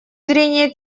зрения